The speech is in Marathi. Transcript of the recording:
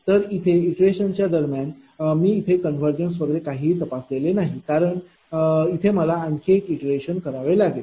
तर इथे इटरेशन च्या दरम्यान मी इथे कन्वर्जनस वगैरे काहीही तपासलेले नाही कारण तेथे मला आणखी एक इटरेशन करावे लागेल